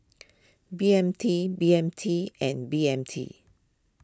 B M T B M T and B M T